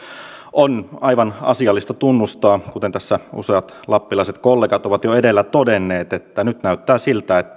on aivan asiallista tunnustaa kuten tässä useat lappilaiset kollegat ovat jo edellä todenneet että nyt näyttää siltä että